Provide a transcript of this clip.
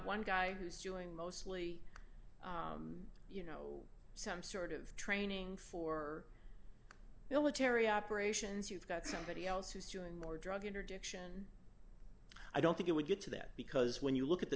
one guy who's doing mostly some sort of training for military operations you've got somebody else who's doing more drug interdiction i don't think it would get to that because when you look at the